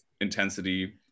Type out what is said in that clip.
intensity